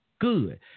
good